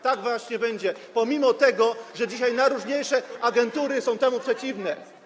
Tak właśnie będzie pomimo tego, że dzisiaj najróżniejsze agentury są temu przeciwne.